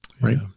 right